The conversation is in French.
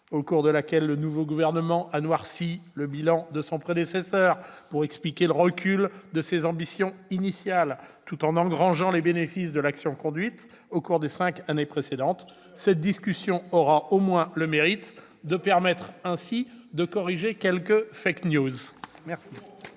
au cours de laquelle le nouveau gouvernement a noirci le bilan de son prédécesseur pour expliquer le recul de ses ambitions initiales, tout en engrangeant les bénéfices de l'action conduite au cours des cinq années précédentes. C'est merveilleux ! Cette discussion générale aura au moins le mérite de permettre de corriger quelques.